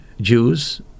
Jews